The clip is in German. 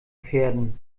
pferden